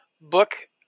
book